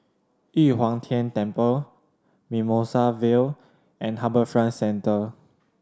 Yu Huang Tian Temple Mimosa Vale and HarbourFront Centre